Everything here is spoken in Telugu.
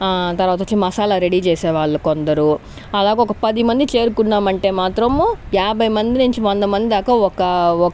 తర్వాత వచ్చి మసాలా రెడీ చేసే వాళ్ళు కొందరు అలాగే ఒక పది మంది చేరుకున్నామంటే మాత్రం యాభై మంది నుంచి వంద మంది దాకా ఒక